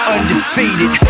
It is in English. Undefeated